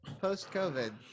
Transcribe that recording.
post-covid